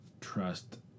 trust